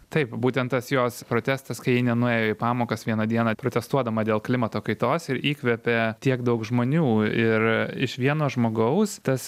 taip būtent tas jos protestas kai ji nenuėjo į pamokas vieną dieną protestuodama dėl klimato kaitos ir įkvėpė tiek daug žmonių ir iš vieno žmogaus tas